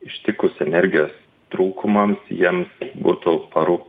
ištikus energijos trūkumams jiems būtų parū